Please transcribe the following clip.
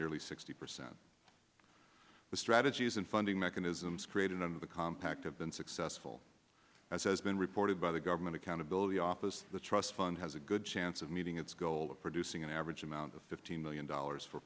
nearly sixty percent the strategies and funding mechanisms created under the compact have been successful as has been reported by the government accountability office the trust fund has a good chance of meeting its goal of producing an average amount of fifteen million dollars for